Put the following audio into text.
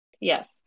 Yes